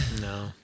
No